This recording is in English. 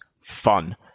fun